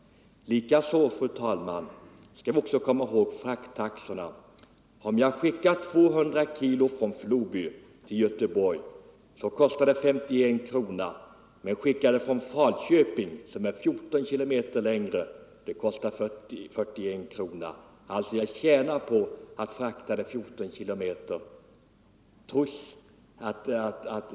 Vi skall också ha frakttaxorna i minnet..Om jag skickar 200 kilo gods från Floby till Göteborg kostar det 51 kronor, men skickar jag samma godsmängd från Falköping, som ligger 14 kilometer längre bort, kostar det 41 kronor. Jag tjänar alltså på att frakta godset en 14 kilometer längre sträcka.